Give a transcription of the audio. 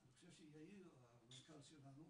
אני חושב שיאיר המנכ"ל שלנו